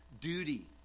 duty